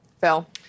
Phil